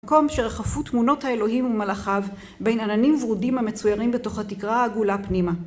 מקום שרחפו תמונות האלוהים ומלאכיו בין עננים ורודים המצוירים בתוך התקרה העגולה פנימה.